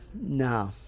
No